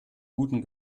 guten